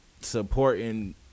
supporting